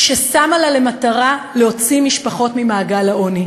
ששמה לה למטרה להוציא משפחות ממעגל העוני.